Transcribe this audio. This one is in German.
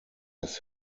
das